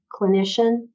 Clinician